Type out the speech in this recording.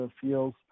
feels